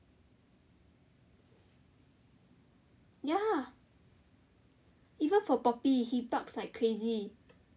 ya even for poppy he barks like crazy